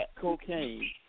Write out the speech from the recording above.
cocaine